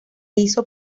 hizo